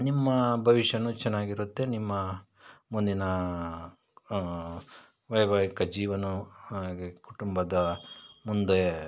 ನಿಮ್ಮ ಭವಿಷ್ಯನೂ ಚೆನ್ನಾಗಿರುತ್ತೆ ನಿಮ್ಮ ಮುಂದಿನ ವೈವಾಹಿಕ ಜೀವನನೂ ಹಾಗೆ ಕುಟುಂಬದ ಮುಂದೆ